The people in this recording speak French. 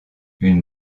une